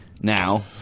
now